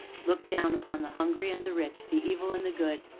look down upon the hungry and the rich, the evil and the good,